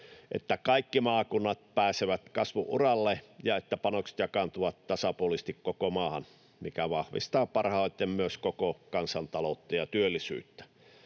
että kaikki maakunnat pääsevät kasvu-uralle ja että panokset jakaantuvat tasapuolisesti koko maahan, mikä vahvistaa parhaiten myös koko kansantaloutta ja työllisyyttä.